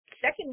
second